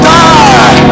die